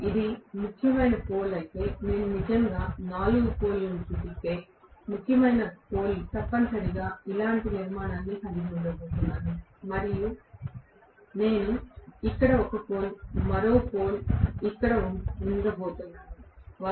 ఇది ముఖ్యమైన పోల్ అయితే నేను నిజంగా 4 పోల్ లను చూపిస్తే ముఖ్యమైన పోల్ తప్పనిసరిగా ఇలాంటి నిర్మాణాన్ని కలిగి ఉండబోతున్నాను మరియు నేను ఇక్కడ ఒక పోల్ మరో పోల్ ఇక్కడ ఉండబోతున్నాను